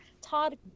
Todd